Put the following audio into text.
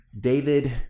David